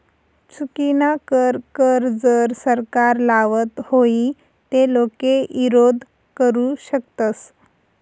चुकीनाकर कर जर सरकार लावत व्हई ते लोके ईरोध करु शकतस